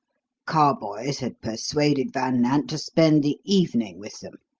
carboys had persuaded van nant to spend the evening with them.